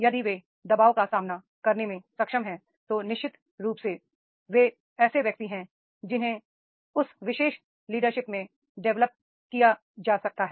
यदि वे दबाव का सामना करने में सक्षम हैं तो निश्चित रूप से वे ऐसे व्यक्ति हैं जिन्हें उस विशेष लीडरशिप में डेवलप किया जा सकता है